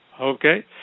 Okay